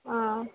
ஆ